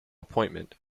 appointment